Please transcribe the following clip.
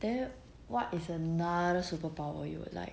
then what is another superpower you would like